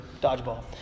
dodgeball